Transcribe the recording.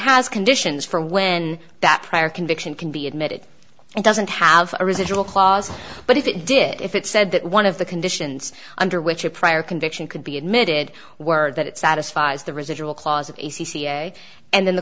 has conditions for when that prior conviction can be admitted and doesn't have a residual clause but if it did if it said that one of the conditions under which a prior conviction could be admitted were that it satisfies the residual clause of the and then the